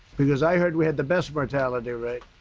because i heard we had the best mortality rate.